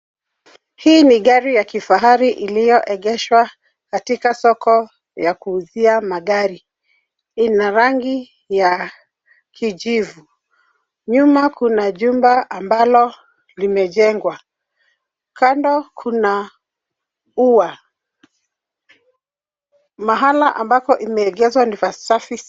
Hii ni gari ya kifahari iliogeshwa katika soko ya kuuzia magari. Ina rangi ya kijivu. Nyuma kuna jumba ambalo limejengwa, kando kuna ua. Mahali ambako imeegeshwa ni pasafi sana.